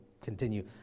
continue